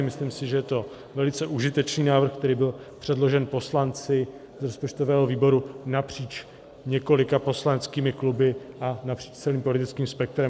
Myslím si, že je to velice užitečný návrh, který byl předložen poslanci rozpočtového výboru napříč několika poslaneckými kluby a napříč celým politickým spektrem.